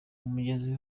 umugezi